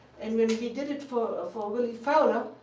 and when we did it for ah for willy fowler,